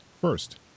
first